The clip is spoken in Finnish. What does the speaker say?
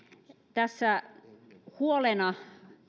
tässä huolena